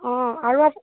অঁ আৰু